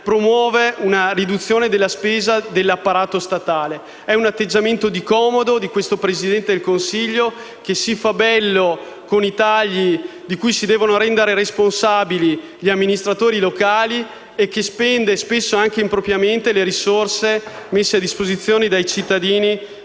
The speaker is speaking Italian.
promuove una riduzione della spesa dell'apparato statale. È un atteggiamento di comodo del Presidente del Consiglio che si fa bello con i tagli di cui si devono rendere responsabili gli amministratori locali e che spende, spesso anche impropriamente, le risorse messe a disposizione dei cittadini